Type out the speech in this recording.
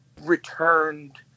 returned